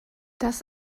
das